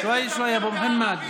שוואיה-שוואיה, אבו מוחמד.